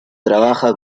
trabaja